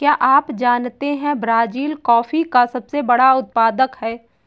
क्या आप जानते है ब्राज़ील कॉफ़ी का सबसे बड़ा उत्पादक है